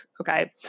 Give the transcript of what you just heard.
okay